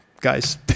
guys